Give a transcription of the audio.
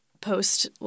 post